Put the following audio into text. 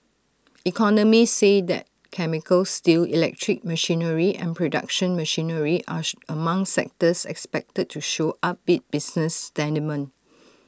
economists say that chemicals steel electric machinery and production machinery are she among sectors expected to show upbeat business sentiment